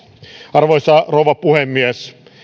arvoisa rouva puhemies